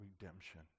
redemption